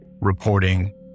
reporting